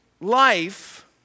life